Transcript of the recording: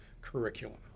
curriculum